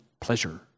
pleasure